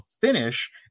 finish